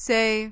Say